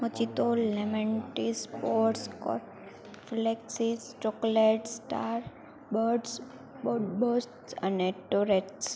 mojito lemon ટિસ પોર્સકો ફ્લેક્સિસ ચોકલેટ સ્ટાર બર્ડ્સ બસ્ટ અને ટોરેટ્સ